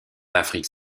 afrique